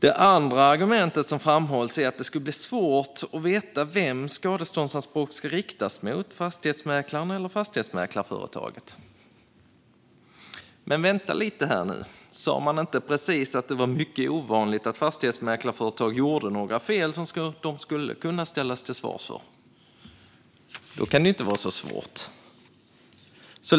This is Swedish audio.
Det andra argumentet som framhålls är att det skulle bli svårt att veta vem skadeståndsanspråk ska riktas mot, fastighetsmäklaren eller fastighetsmäklarföretaget. Men vänta lite här nu. Sas det inte att det är mycket ovanligt att fastighetsmäklarföretag gör några fel som de skulle kunna ställas till svars för? Då kan det inte vara så svårt.